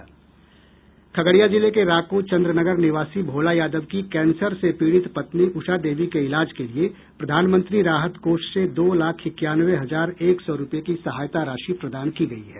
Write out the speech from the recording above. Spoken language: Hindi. खगड़िया जिले के राकों चन्द्रनगर निवासी भोला यादव की कैंसर से पीड़ित पत्नी उषा देवी के इलाज के लिए प्रधानमंत्री राहत कोष से दो लाख इक्यानवे हजार एक सौ रूपये की सहायता राशि प्रदान की गयी है